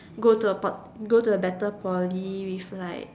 go to a pot go to a better Poly with like